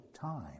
time